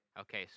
Okay